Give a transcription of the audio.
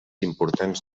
importants